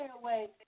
away